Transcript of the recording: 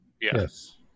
Yes